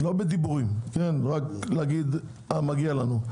לא בדיבורים, רק להגיד "מגיע לנו".